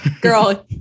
Girl